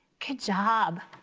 good job,